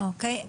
אני